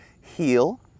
heal